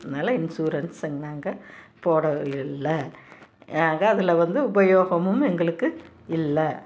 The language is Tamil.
அதனால இன்சூரன்ஸை நாங்கள் போட இல்லை நாங்கள் அதில் வந்து உபயோகமும் எங்களுக்கு இல்லை